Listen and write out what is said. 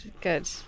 good